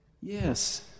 yes